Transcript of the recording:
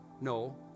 No